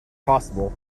possible